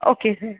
okay sir